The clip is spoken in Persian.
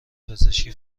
پزشکی